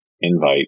invite